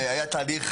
היה תהליך